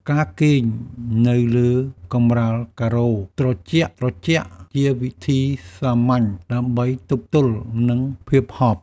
ការគេងនៅលើកម្រាលការ៉ូត្រជាក់ៗ ជាវិធីសាមញ្ញដើម្បីទប់ទល់នឹងភាពហប់។